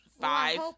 five